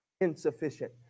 insufficient